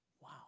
wow